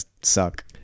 suck